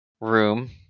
room